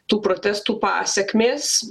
tų protestų pasekmės